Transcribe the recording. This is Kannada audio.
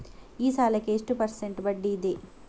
ಈ ಸಾಲಕ್ಕೆ ಎಷ್ಟು ಪರ್ಸೆಂಟ್ ಬಡ್ಡಿ ಇದೆ?